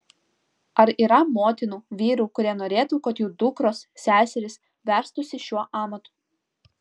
ar yra motinų vyrų kurie norėtų kad jų dukros seserys verstųsi šiuo amatu